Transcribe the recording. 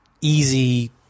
easy